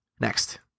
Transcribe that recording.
Next